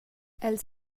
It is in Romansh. els